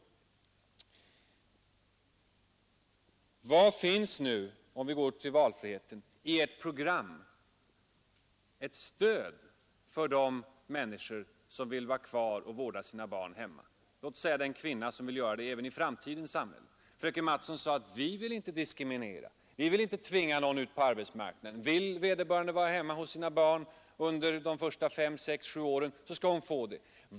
Var finns nu när det gäller valfriheten i ert program ett stöd för de människor — främst de kvinnor — som även i framtidens samhälle vill stanna hemma och vårda sina barn? Fröken Mattson sade: Vi vill inte diskriminera, vi vill inte tvinga någon ut på arbetsmarknaden; önskar vederbörande vara hemma hos sina barn under de första fem, sex eller sju åren, så skall hon få det.